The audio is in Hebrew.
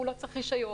הוא לא צריך רישיון,